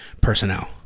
personnel